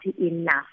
enough